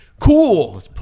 cool